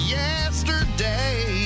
yesterday